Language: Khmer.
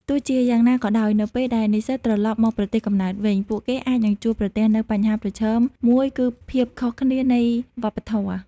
ទោះជាយ៉ាងណាក៏ដោយ នៅពេលដែលនិស្សិតត្រឡប់មកប្រទេសកំណើតវិញ ពួកគេអាចនឹងជួបប្រទះនូវបញ្ហាប្រឈមមួយគឺភាពខុសគ្នានៃវប្បធម៌ ។